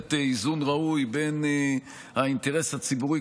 מחייבת איזון ראוי בין האינטרס הציבורי,